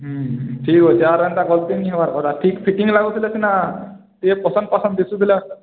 ହୁଁ ଠିକ୍ ଅଛେ ଆର୍ ଏନ୍ତା ଗଲତି ନେଇଁ ହେବାର୍ କଥା ଠିକ୍ ଫିଟିଙ୍ଗ୍ ଲାଗୁଥିଲେ ସିନା ଟିକେ ପସନ୍ଦ ପସନ୍ଦ ଦିଶୁଥିଲେ